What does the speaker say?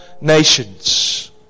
nations